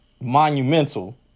monumental